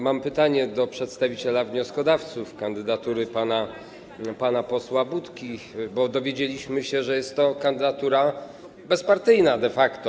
Mam pytanie do przedstawiciela wnioskodawców zgłaszających kandydaturę pana posła Budki, bo dowiedzieliśmy się, że jest to kandydatura bezpartyjna de facto.